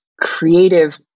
creative